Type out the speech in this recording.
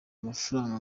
amafaranga